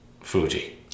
Fuji